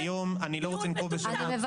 שהיום אני לא רוצה לנקוב בשמות,